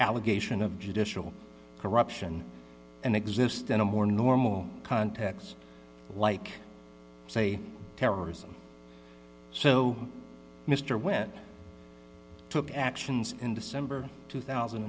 allegation of judicial corruption and exists in a more normal context like say terrorism so mr went took actions in december two